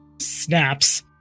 Snaps